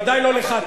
ודאי לא לך,